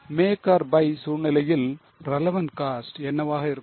Make or buy சூழ்நிலையில் relevant cost என்னவாக இருக்கும்